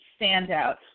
standout